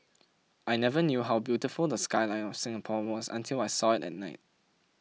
I never knew how beautiful the skyline of Singapore was until I saw it at night